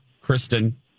Kristen